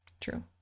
True